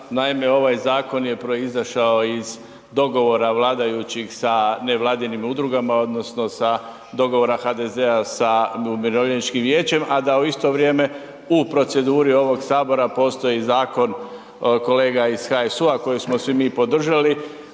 Naime, ovaj zakon je proizašao iz dogovora vladajućih sa nevladinim udrugama odnosno sa dogovora HDZ-a sa umirovljeničkim vijećem, a da u isto vrijeme u proceduri ovog sabora postoji zakon kolega iz HSU-a koji smo svi mi podržali,